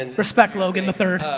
and respect, logan, the third.